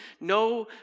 no